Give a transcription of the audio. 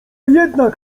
jednak